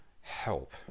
help